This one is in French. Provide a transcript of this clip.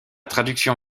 traduction